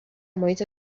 محیط